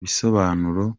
bisobanuro